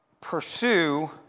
pursue